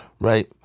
right